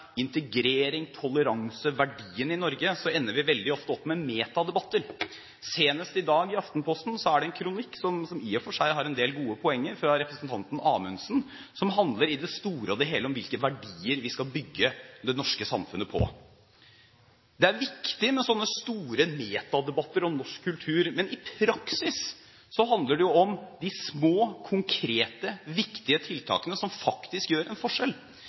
integrering, toleranse og verdier i Norge ender vi veldig ofte opp med metadebatter. Senest i dag i Aftenposten er det en kronikk av representanten Amundsen, som i og for seg har en del gode poenger, som i det store og hele handler om hvilke verdier vi skal bygge det norske samfunnet på. Det er viktig med slike store metadebatter om norsk kultur, men i praksis handler det jo om de små, konkrete, viktige tiltakene som faktisk gjør en forskjell.